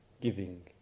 giving